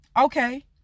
Okay